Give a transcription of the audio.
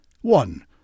One